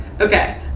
okay